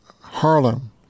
Harlem